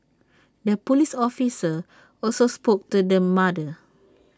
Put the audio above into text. the Police officer also spoke to the mother